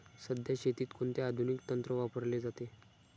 सध्या शेतीत कोणते आधुनिक तंत्र वापरले जाते?